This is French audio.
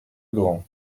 grands